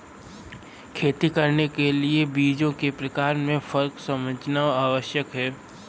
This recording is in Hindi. खेती करने के लिए बीजों के प्रकार में फर्क समझना आवश्यक है